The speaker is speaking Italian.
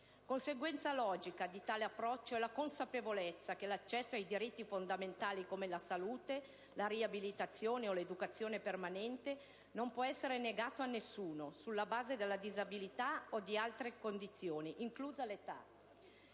Conseguenza logica di tale approccio è la consapevolezza che l'accesso ai diritti fondamentali, come la salute, la riabilitazione o l'educazione permanente, non può essere negato a nessuno sulla base della disabilità o di altre condizioni, inclusa l'età.